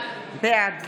בעד